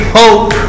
hope